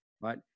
right